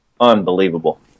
unbelievable